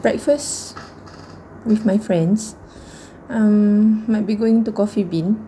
breakfast with my friends mm might be going to coffee bean